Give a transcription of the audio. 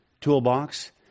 toolbox